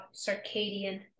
circadian